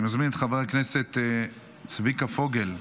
אני מזמין את חבר הכנסת צביקה פוגל,